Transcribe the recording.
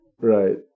Right